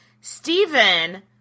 Stephen